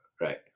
right